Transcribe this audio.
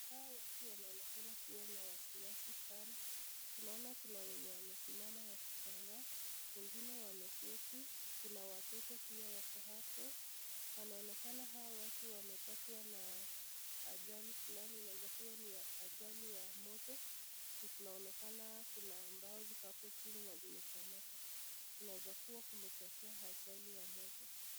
Hawa watu wanaonekana kuwa na wasiwasi sana, tunaona kuna wenye wamesimama wakishangaa, wengine wameketi, kuna watoto pia wako hapo. Wanaonekana hawa watu wapepatwa na ajali fulani inaweza kuwa ni ajali ya moto juu kunaonekana kuna mbao hapo chini imechomeka kunaweza kuwa kumetokea ajali ya moto.